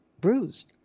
bruised